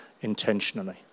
intentionally